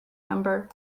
number